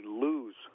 lose